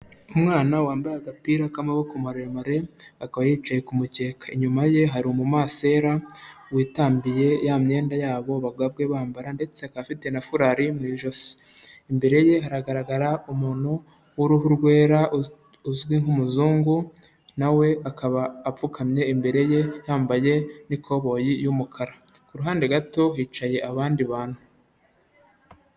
Umwana wambaye agapira k'amaboko maremare, akaba yicaye ku kumukeka. Inyuma ye hari umumasera witandiye ya myenda yabo bagwabwe bambara ndetse aka afite na furari mu ijosi. Imbere ye hagaragara umuntu w'uruhu rwera uzwi nk'umuzungu nawe we akaba apfukamye imbere ye yambaye n'ikoboyi y'umukara. Kuruhande gato hicaye abandi bantu.